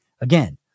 Again